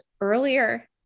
earlier